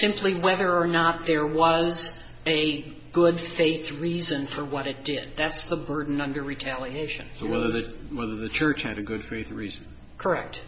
simply whether or not there was a good faith reason for what it did that's the burden under retaliation so whether the whether the church had a good three three is correct